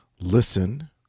Listen